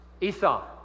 Esau